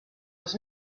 was